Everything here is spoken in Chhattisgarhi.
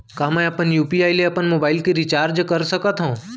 का मैं यू.पी.आई ले अपन मोबाइल के रिचार्ज कर सकथव?